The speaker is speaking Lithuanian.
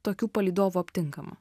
tokių palydovų aptinkama